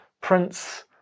Prince